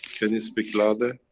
can you speak louder.